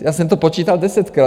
Já jsem to počítal desetkrát.